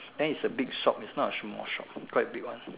then it's a big shop it's not a small shop quite big one